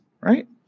right